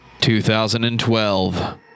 2012